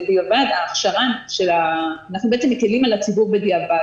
אנחנו בעצם מטילים על הציבור בדיעבד.